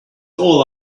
all